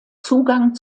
zugang